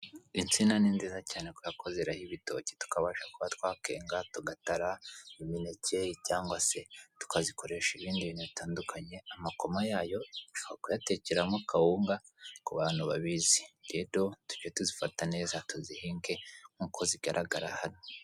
Insina ni nziza cyane kubera ko heraho ibitoki tukabasha kuba twakenga tugatara imineke cyangwa se tukazikoresha ibindi bintu bitandukanye, amakoma yayo bashobora kuyatekeramo kawunga ku bantu babizi, rero tujye tuzifata neza tuzihinge nk'uko zigaragara hano.